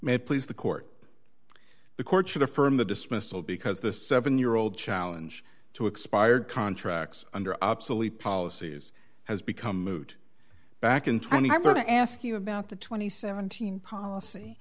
it please the court the court should affirm the dismissal because the seven year old challenge to expired contracts under obsolete policies has become moot back in twenty i'm going to ask you about the twenty seven thousand policy